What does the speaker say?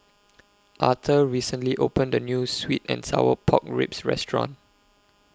Auther recently opened A New Sweet and Sour Pork Ribs Restaurant